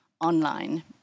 online